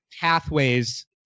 pathways